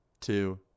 two